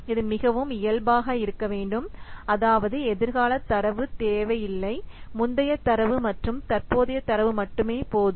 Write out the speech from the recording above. இது மிகவும் இயல்பாக இருக்க வேண்டும் அதாவதுஎதிர்கால தரவு தேவையில்லை முந்தைய தரவு மற்றும் தற்போதைய தரவு மட்டுமே போதும்